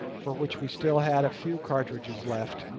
for which we still had a few cartridges left,